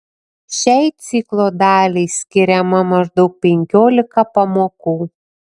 šiai ciklo daliai skiriama maždaug penkiolika pamokų